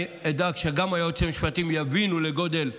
אני אדאג שגם היועצים המשפטיים יבינו את גודל השעה.